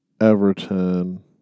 Everton